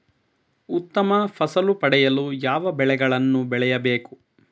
ಉತ್ತಮ ಫಸಲು ಪಡೆಯಲು ಯಾವ ಬೆಳೆಗಳನ್ನು ಬೆಳೆಯಬೇಕು?